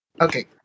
Okay